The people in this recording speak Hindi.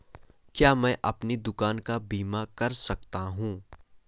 क्या मैं अपनी दुकान का बीमा कर सकता हूँ?